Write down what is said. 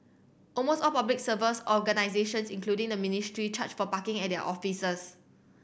almost all Public Service organisations including the ministry charge for parking at their offices